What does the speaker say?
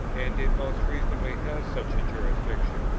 and it most reasonably has such a jurisdiction.